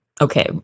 okay